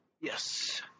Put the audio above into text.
Yes